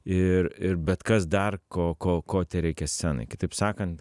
ir ir bet kas dar ko ko ko tereikia scenai kitaip sakant